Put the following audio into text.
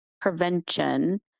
prevention